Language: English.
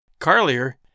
Carlier